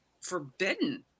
forbidden